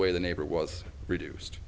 way the neighbor was reduced